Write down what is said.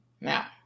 Now